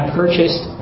purchased